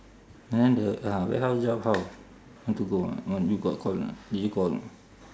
then the ah warehouse job how want to go or not want you got call or not did you call or not